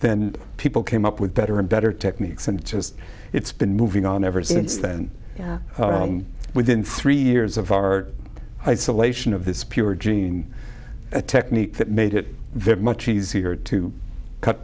then people came up with better and better techniques and just it's been moving on ever since then within three years of our isolation of this pure gene technique that made it very much easier to cut